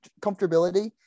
comfortability